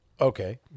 Okay